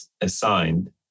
assigned